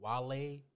Wale